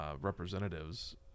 representatives